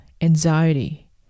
anxiety